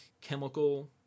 chemical